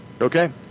Okay